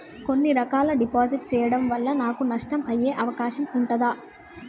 కొన్ని రకాల డిపాజిట్ చెయ్యడం వల్ల నాకు నష్టం అయ్యే అవకాశం ఉంటదా?